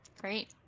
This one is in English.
Great